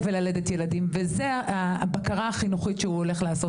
וללדת ילדים וזה הבקרה החינוכית שהוא הולך לעשות,